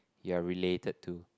you're related to